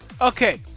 Okay